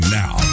now